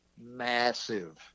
massive